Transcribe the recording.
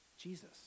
Jesus